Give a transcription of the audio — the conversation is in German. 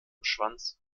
schwanz